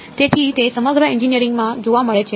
તેથી તે સમગ્ર એન્જિનિયરિંગમાં જોવા મળે છે